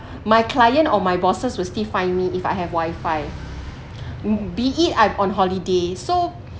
my client or my bosses were still find me if I have wifi be it I'm on holiday so